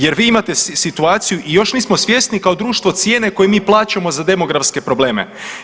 Jer vi imate situacije i još nismo svjesni kao društvo cijene koju mi plaćamo za demografske probleme.